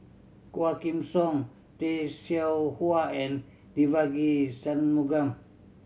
Quah Kim Song Tay Seow Huah and Devagi Sanmugam